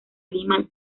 lima